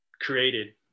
created